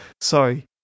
Sorry